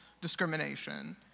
discrimination